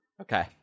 Okay